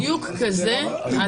מקרה כזה בדיוק,